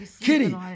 Kitty